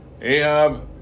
Ahab